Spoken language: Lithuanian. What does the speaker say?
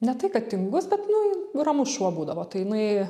ne tai kad tingus bet nu ramus šuo būdavo tai jinai